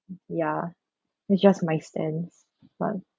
ya it's just my stance but